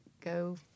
Go